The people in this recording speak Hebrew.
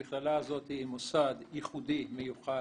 המכללה הזאת היא מוסד ייחודי, מיוחד,